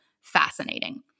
fascinating